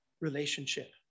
relationship